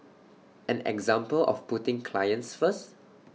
an example of putting clients first